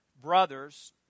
brothers